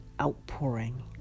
outpouring